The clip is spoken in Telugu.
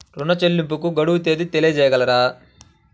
ఋణ చెల్లింపుకు గడువు తేదీ తెలియచేయగలరా?